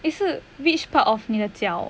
eh 是 which part of 你的脚